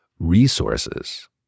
Resources